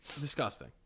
Disgusting